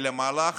כי למהלך